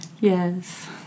Yes